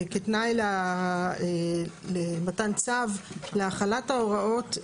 כתנאי למתן צו להחלת ההוראות,